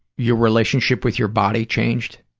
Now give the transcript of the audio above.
your relationship with your body changed?